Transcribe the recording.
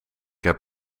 heb